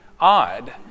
odd